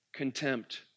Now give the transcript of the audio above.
Contempt